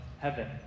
heaven